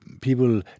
people